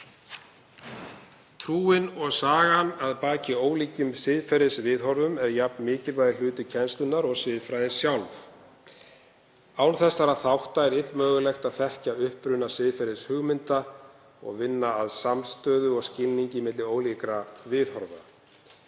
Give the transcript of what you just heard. Trúin og sagan að baki ólíkum siðferðisviðhorfum er jafn mikilvægur hluti kennslunnar og siðfræðin sjálf. Án þessara þátta er illmögulegt að þekkja uppruna siðferðishugmynda og vinna að samstöðu og skilningi milli ólíkra viðhorfa.